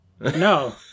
No